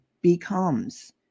becomes